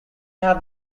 have